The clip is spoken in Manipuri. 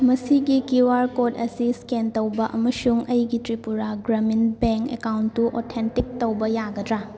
ꯃꯁꯤꯒꯤ ꯀ꯭ꯌꯨ ꯑꯥꯔ ꯀꯣꯠ ꯑꯁꯤ ꯁ꯭ꯀꯦꯟ ꯇꯧꯕ ꯑꯃꯁꯨꯡ ꯑꯩꯒꯤ ꯇ꯭ꯔꯤꯄꯨꯔꯥ ꯒ꯭ꯔꯥꯃꯤꯟ ꯕꯦꯡꯛ ꯑꯦꯀꯥꯎꯟꯇꯨ ꯑꯣꯊꯦꯟꯇꯤꯛ ꯇꯧꯕ ꯌꯥꯒꯗ꯭ꯔꯥ